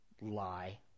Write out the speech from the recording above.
Lie